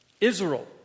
Israel